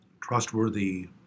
trustworthy